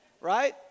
right